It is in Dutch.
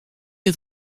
het